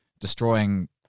destroying